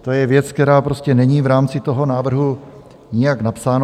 To je věc, která prostě není v rámci toho návrhu nijak napsána.